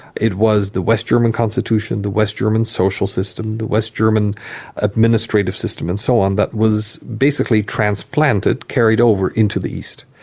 it was the west german constitution, the west german social system, the west german administrative system and so on that was basically transplanted, carried over, into the east.